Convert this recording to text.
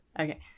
Okay